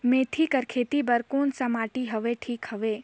मेथी के खेती बार कोन सा माटी हवे ठीक हवे?